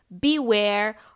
beware